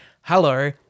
Hello